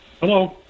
Hello